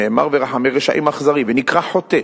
שנאמר "ורחמי רשעים אכזרי", ונקרא חוטא,